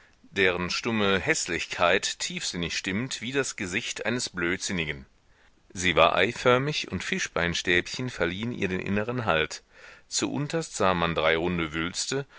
deren stumme häßlichkeit tiefsinnig stimmt wie das gesicht eines blödsinnigen sie war eiförmig und fischbeinstäbchen verliehen ihr den inneren halt zu unterst sah man drei runde wülste